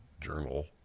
journal